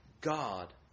God